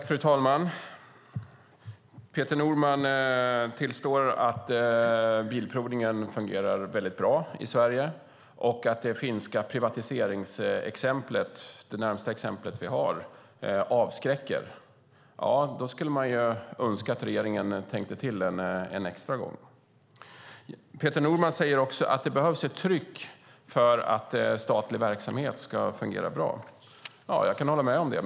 Fru talman! Peter Norman tillstår att Bilprovningen fungerar bra i Sverige och att det finska privatiseringsexemplet, det närmaste exempel vi har, avskräcker. Man skulle önska att regeringen då tänkte till en extra gång. Peter Norman säger också att det behövs ett tryck för att statlig verksamhet ska fungera bra. Jag kan hålla med om det.